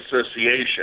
Association